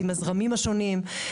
עם הזרמים השונים.